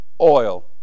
oil